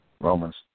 Romans